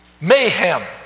mayhem